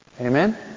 Amen